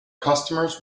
customers